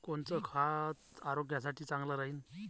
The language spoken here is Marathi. कोनचं खत आरोग्यासाठी चांगलं राहीन?